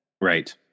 Right